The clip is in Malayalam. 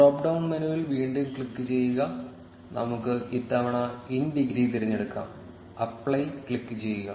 ഡ്രോപ്പ് ഡൌൺ മെനുവിൽ വീണ്ടും ക്ലിക്ക് ചെയ്യുക നമുക്ക് ഇത്തവണ ഇൻ ഡിഗ്രി തിരഞ്ഞെടുക്കാം അപ്ലൈ ക്ലിക്കുചെയ്യുക